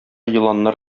еланнар